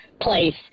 place